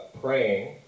praying